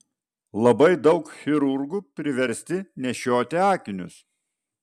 labai daug chirurgų priversti nešioti akinius